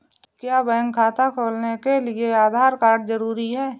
क्या बैंक खाता खोलने के लिए आधार कार्ड जरूरी है?